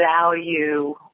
value